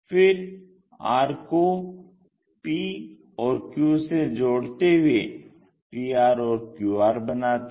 फिर r को p और q से जोड़ते हुए pr और qr बनाते हैं